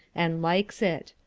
and likes it.